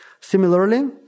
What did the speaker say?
Similarly